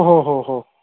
हो हो हो हो